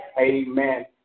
Amen